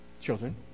children